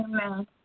Amen